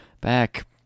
back